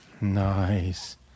Nice